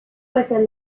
within